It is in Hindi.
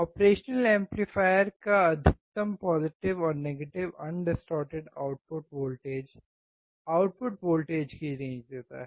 ऑपरेशनल एम्पलीफायर का अधिकतम पोज़िटिव और negative undistorted output voltage output voltage की रेंज देता है